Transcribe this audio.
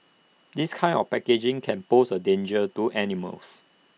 this kind of packaging can pose A danger to animals